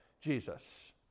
Jesus